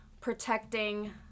protecting